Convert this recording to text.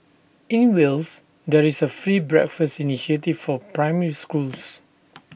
in Wales there is A free breakfast initiative for primary schools